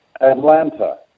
atlanta